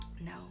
no